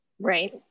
Right